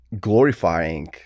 glorifying